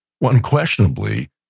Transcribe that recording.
unquestionably